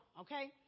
okay